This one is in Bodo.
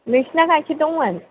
नोंसिना गाइखेर दंमोन